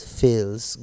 feels